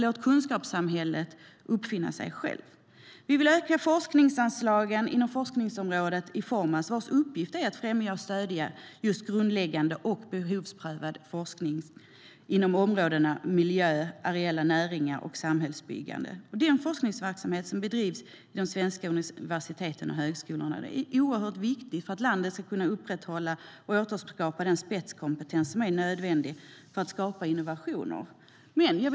Låt kunskapssamhället uppfinna sig självt. Den forskningsverksamhet som bedrivs på svenska universitet och högskolor är oerhört viktig för att landet ska kunna upprätthålla och återskapa den spetskompetens som är nödvändig för att skapa innovationer. Herr talman!